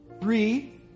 Three